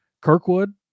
Kirkwood